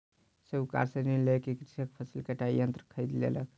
साहूकार से ऋण लय क कृषक फसिल कटाई यंत्र खरीद लेलक